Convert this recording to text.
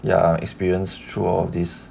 ya experience through all of this